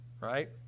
right